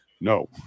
No